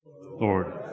Lord